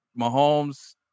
Mahomes